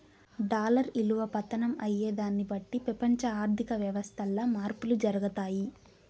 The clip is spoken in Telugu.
డాలర్ ఇలువ పతనం అయ్యేదాన్ని బట్టి పెపంచ ఆర్థిక వ్యవస్థల్ల మార్పులు జరగతాయి